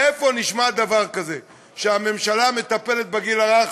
איפה נשמע דבר כזה, שהממשלה מטפלת בגיל הרך